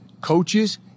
coaches